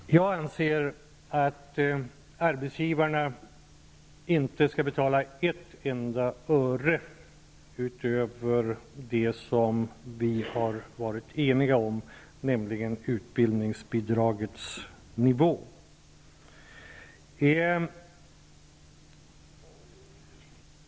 Herr talman! Jag anser att arbetsgivarna inte skall betala ett enda öre utöver det som vi har varit eniga om, nämligen utbildningsbidragets nivå.